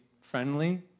friendly